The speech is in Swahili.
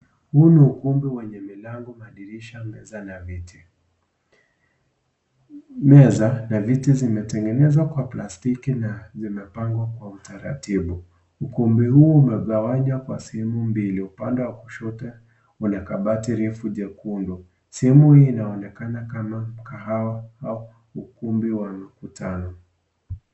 Huu ni ukumbi wenye milango, madirisha, meza na viti. Meza na viti zimetengenezwa kwa plastiki na zimepangwa kwa utaratibu. Ukumbi huu umegawanywa kwa sehemu mbili, upande wa kushoto una kabati refu jekundu. Sehemu hii inaonekana kama mkahawa au ukumbi wa mkutano.